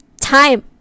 time